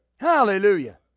Hallelujah